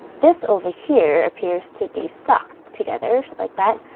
this, over here appears to be stuck together, like that,